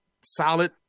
solid